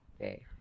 Okay